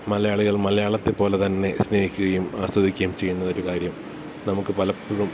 മലയാളികൾ മലയാളത്തെപ്പോലെ തന്നെ സ്നേഹിക്കുകയും ആസ്വദിക്കുകയും ചെയ്യുന്ന ഒരു കാര്യം നമുക്ക് പലപ്പൊഴും